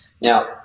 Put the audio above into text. Now